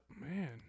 Man